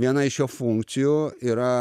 viena iš jo funkcijų yra